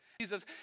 Jesus